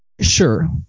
Sure